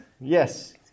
Yes